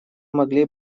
могли